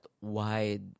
wide